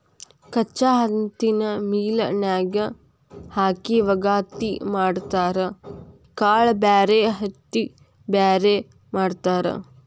ಕಚ್ಚಾ ಹತ್ತಿನ ಮಿಲ್ ನ್ಯಾಗ ಹಾಕಿ ವಗಾತಿ ಮಾಡತಾರ ಕಾಳ ಬ್ಯಾರೆ ಹತ್ತಿ ಬ್ಯಾರೆ ಮಾಡ್ತಾರ